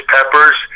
Peppers